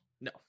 No